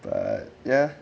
but ya